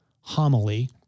homily